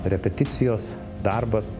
repeticijos darbas